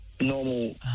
normal